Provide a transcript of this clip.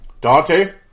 Dante